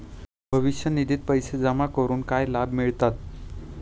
भविष्य निधित पैसे जमा करून काय लाभ मिळतात?